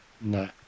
No